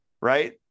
right